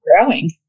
growing